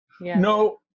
No